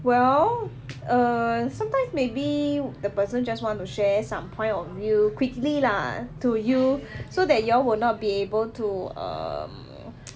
well err sometimes maybe the person just want to share some point of view quickly lah to you so that you all will not be able to um